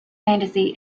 fantasy